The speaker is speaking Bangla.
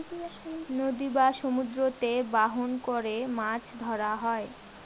নদী বা সমুদ্রতে বাহন করে মাছ ধরা হয়